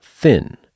thin